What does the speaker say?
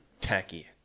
tacky